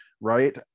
right